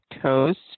Coast